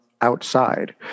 outside